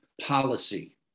policy